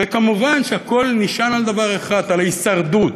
וכמובן שהכול נשען על דבר אחד, על ההישרדות,